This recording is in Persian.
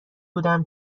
بودم